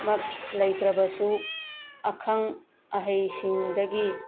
ꯃꯛ ꯂꯩꯇ꯭ꯔꯕꯁꯨ ꯑꯈꯪ ꯑꯍꯩꯁꯤꯡꯗꯒꯤ